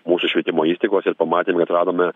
mūsų švietimo įstaigose ir pamatėm kad radome